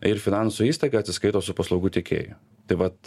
ir finansų įstaiga atsiskaito su paslaugų tiekėju tai vat